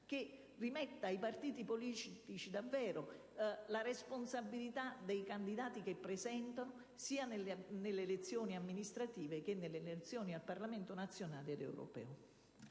realmente ai partiti politici la responsabilità dei candidati che presentano, sia nelle elezioni amministrative che in quelle al Parlamento nazionale ed europeo.